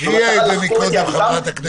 אמרה את זה קודם חברת הכנסת מיכאלי.